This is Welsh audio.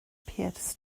pierce